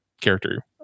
character